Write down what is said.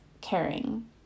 caring